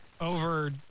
over